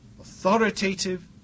authoritative